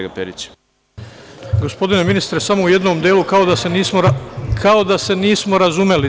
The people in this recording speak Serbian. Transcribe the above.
Gospodine ministre, u jednom delu kao da se nismo razumeli.